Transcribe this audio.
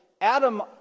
Adam